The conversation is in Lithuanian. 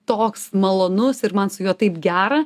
toks malonus ir man su juo taip gera